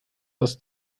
aus